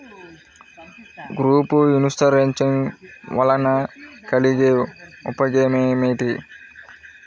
Group insurance వలన కలిగే ఉపయోగమేమిటీ?